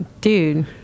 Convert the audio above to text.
Dude